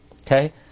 Okay